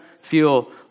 feel